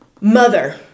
mother